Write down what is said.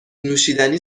نوشیدنی